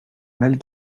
mal